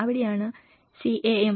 അവിടെയാണ് CAM CBDRM